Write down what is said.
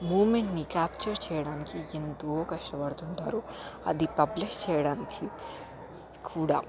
మూమెంట్ని capture చేయడానికి ఎంతో కష్టపడుతుంటారు అది పబ్లిష్ చేయడానికి కూడా